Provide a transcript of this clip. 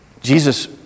Jesus